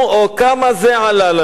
או כמה זה עלה לנו?